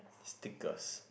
stickers